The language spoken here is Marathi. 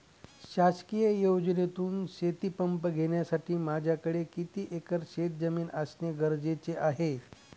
शासकीय योजनेतून शेतीपंप घेण्यासाठी माझ्याकडे किती एकर शेतजमीन असणे गरजेचे आहे?